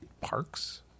parks